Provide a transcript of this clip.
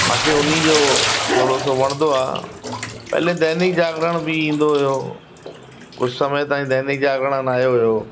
मूंखे उनजो थोरो सो वणंदो आहे पहिरीं दैनिक जागरण बि ईंदो हुयो कुझु समय ताईं दैनिक जागरण हणायो हुयो